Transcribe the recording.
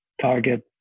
target